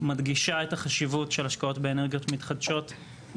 מדגישה את החשיבות של השקעות באנרגיות מתחדשות,